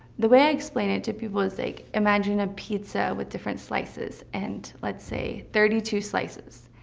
the way i explain it to people is, like imagine a pizza with different slices, and let's say thirty two slices.